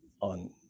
on